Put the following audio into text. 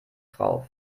drauf